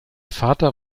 vater